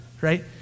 right